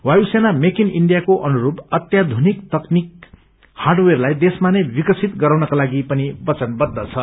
वायुसेना make in इण्डियाको अनुरूप अतयाधुनिक तकनीकि हार्डवेयरलाई देशमा नै विकासित गराउनका लागि पनि वचनवद्व छ